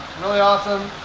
really awesome,